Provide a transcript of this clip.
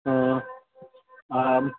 हँ आब